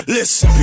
Listen